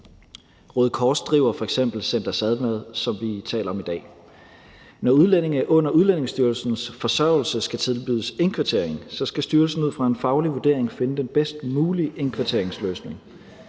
Røde Kors driver f.eks. Center Sandvad, som vi taler om i dag. Når der under Udlændingestyrelsens forsørgelse skal tilbydes indkvartering, skal styrelsen ud fra en faglig vurdering finde den bedst mulige indkvarteringsløsning.